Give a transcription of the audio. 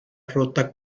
rota